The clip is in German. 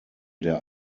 der